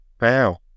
Wow